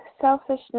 selfishness